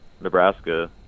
Nebraska